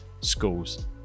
schools